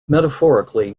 metaphorically